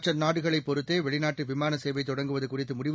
மற்ற நாடுகளைப் பொறுத்தே வெளிநாட்டு விமான சேவை தொடங்குவது குறித்து முடிவு